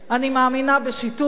אני מאמינה בשיתוף,